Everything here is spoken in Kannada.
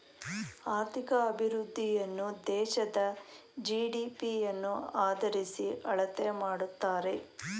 ಆರ್ಥಿಕ ಅಭಿವೃದ್ಧಿಯನ್ನು ದೇಶದ ಜಿ.ಡಿ.ಪಿ ಯನ್ನು ಆದರಿಸಿ ಅಳತೆ ಮಾಡುತ್ತಾರೆ